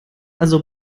also